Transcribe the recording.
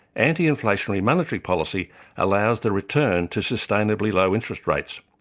anti-inflationary monetary policy allows the return to sustainably low interest rates.